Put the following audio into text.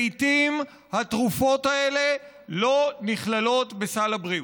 לעיתים התרופות האלה לא נכללות בסל הבריאות.